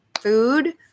food